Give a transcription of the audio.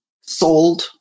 sold